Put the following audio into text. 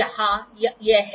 हां यह है